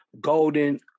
golden